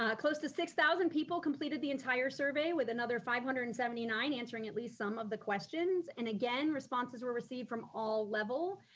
ah close to six thousand people completed the entire survey, with another five hundred and seventy nine answering at least some of the questions and again, responses were received from all level.